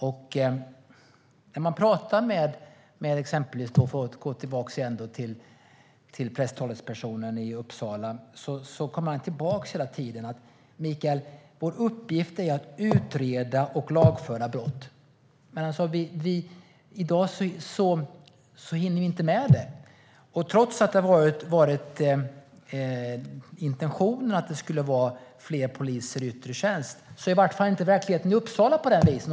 För att gå tillbaka till presstalespersonen i Uppsala så kommer han hela tiden tillbaka och säger: Mikael, vår uppgift är att utreda och lagföra brott. Men i dag hinner vi inte med det. Trots att intentionen har varit att det ska bli fler poliser i yttre tjänst ser i vart fall inte verkligheten i Uppsala ut på det viset.